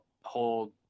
hold